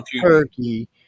Turkey